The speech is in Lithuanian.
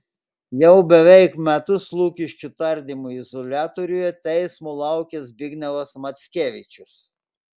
jau beveik metus lukiškių tardymo izoliatoriuje teismo laukia zbignevas mackevičius